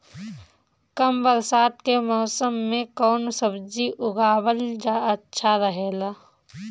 कम बरसात के मौसम में कउन सब्जी उगावल अच्छा रहेला?